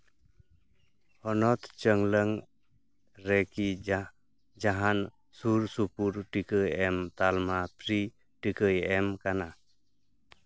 ᱦᱚᱱᱚᱛ ᱪᱚᱝᱞᱚᱝ ᱨᱮᱠᱤ ᱡᱟᱦᱟᱱ ᱥᱩᱨᱼᱥᱩᱯᱩᱨ ᱴᱤᱠᱟᱹ ᱮᱢ ᱛᱟᱞᱢᱟ ᱯᱷᱨᱤ ᱴᱤᱠᱟᱹᱭ ᱮᱢ ᱠᱟᱱᱟ